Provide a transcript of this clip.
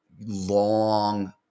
long